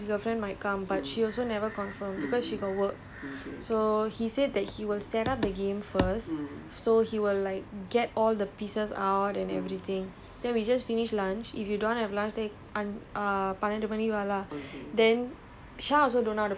ah so including him ஐந்து பேர்:ainthu paer lah then like maybe at night his girlfriend might come but she also never confirm because she got work so he said that he will set up the game first so he will like get all the pieces out and everything then we just finish lunch